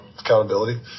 accountability